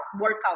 workout